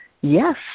yes